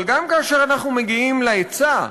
אבל גם כאשר אנחנו מגיעים להיצע,